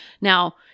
Now